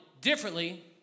differently